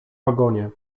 wagonie